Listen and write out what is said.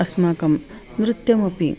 अस्माकं नृत्यमपि